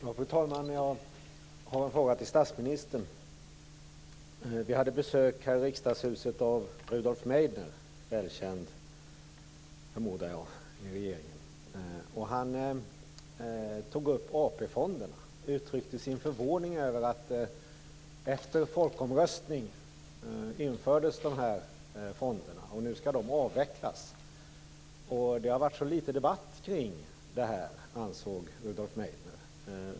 Fru talman! Jag har en fråga till statsministern. Vi hade besök här i Riksdagshuset av Rudolf Meidner, välkänd i regeringen förmodar jag. Han tog upp AP-fonderna, som infördes efter en folkomröstning, och uttryckte sin förvåning över att de nu skall avvecklas. Det har varit så litet debatt kring detta, ansåg Rudolf Meidner.